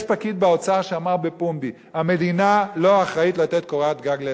יש פקיד באוצר שאמר בפומבי: המדינה לא אחראית לתת קורת גג לאזרחיה.